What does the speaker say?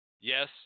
Yes